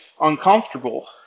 uncomfortable